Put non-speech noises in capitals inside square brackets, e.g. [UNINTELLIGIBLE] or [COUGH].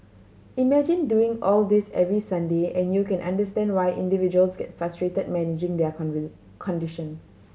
imagine doing all this every Sunday and you can understand why individuals get frustrated managing their [UNINTELLIGIBLE] condition